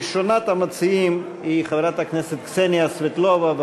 ראשונת המציעים היא חברת הכנסת קסניה סבטלובה,